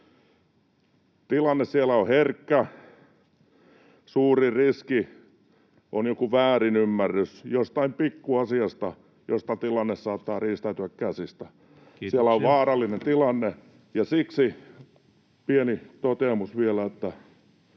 Tilanne siellä on herkkä. Suuri riski on joku väärinymmärrys jostain pikku asiasta, jolloin tilanne saattaa riistäytyä käsistä. [Puhemies: Kiitoksia!] Siellä on vaarallinen tilanne, ja siksi pieni toteamus vielä,